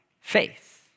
faith